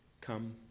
come